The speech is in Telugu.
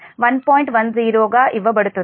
10 గా ఇవ్వబడుతుంది